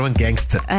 gangster